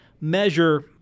measure